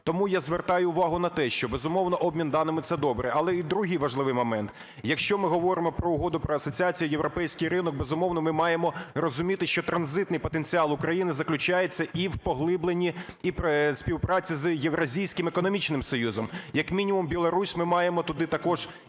Тому я звертаю увагу на те, що, безумовно, обмін даними – це добре. Але є другий важливий момент. Якщо ми говоримо про Угоду про асоціацію і європейський ринок, безумовно, ми маємо розуміти, що транзитний потенціал України заключається і в поглибленні і співпраці з Євразійським економічним союзом. Як мінімум Білорусь, ми маємо туди також